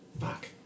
Fuck